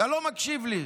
אתה לא מקשיב לי.